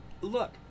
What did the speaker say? look